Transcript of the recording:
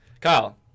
Kyle